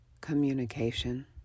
communication